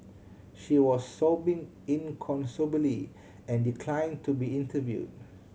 she was sobbing inconsolably and decline to be interviewed